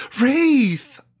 Wraith